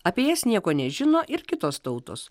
apie jas nieko nežino ir kitos tautos